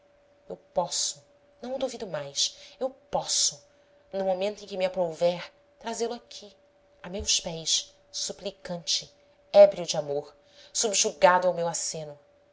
eu posso não o duvido mais eu posso no momento em que me aprouver trazê-lo aqui a meus pés suplicante ébrio de amor subjugado ao meu aceno